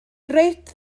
reit